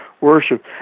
worship